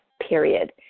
period